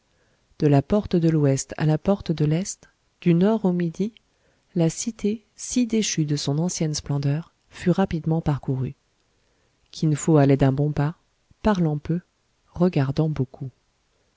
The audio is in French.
de la porte de l'ouest à la porte de l'est du nord au midi la cité si déchue de son ancienne splendeur fut rapidement parcourue kin fo allait d'un bon pas parlant peu regardant beaucoup